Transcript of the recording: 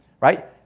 right